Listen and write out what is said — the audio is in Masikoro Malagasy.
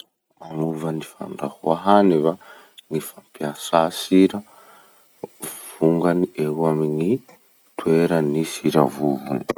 Magnova gny fandrahoa hany va ny fampiasà sira vongany eo amin'ny toeran'ny sira vovony?